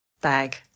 bag